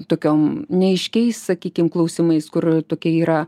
tokiom neaiškiais sakykim klausimais kur tokie yra